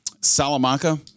Salamanca